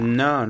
no